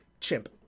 Chimp